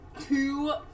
two